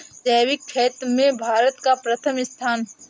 जैविक खेती में भारत का प्रथम स्थान